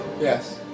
Yes